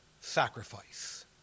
sacrifice